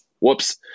whoops